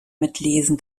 mitlesen